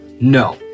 no